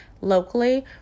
locally